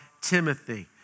Timothy